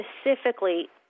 specifically